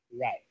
Right